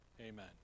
Amen